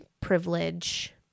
privilege